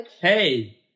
Hey